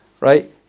right